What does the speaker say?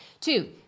Two